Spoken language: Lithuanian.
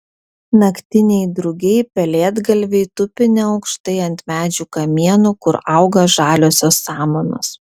naktiniai drugiai pelėdgalviai tupi neaukštai ant medžių kamienų kur auga žaliosios samanos